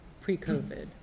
pre-COVID